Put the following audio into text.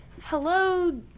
Hello